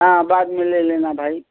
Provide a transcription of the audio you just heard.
हाँ बाद में ले लेना भाई